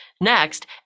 Next